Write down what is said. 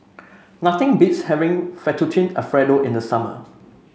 nothing beats having Fettuccine Alfredo in the summer